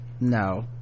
no